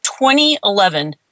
2011